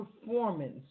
performance